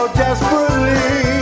desperately